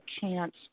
chance